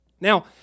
Now